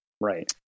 Right